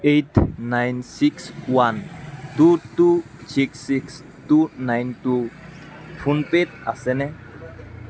eight nine six one two two six six two nine two phone পে'ত আছেনে